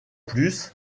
plus